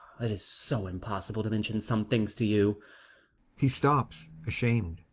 it is so impossible to mention some things to you he stops, ashamed.